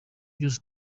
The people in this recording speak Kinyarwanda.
byose